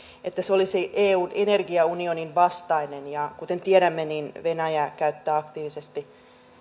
olisi eun energiaunionin vastainen ja kun tiedämme että venäjä käyttää aktiivisesti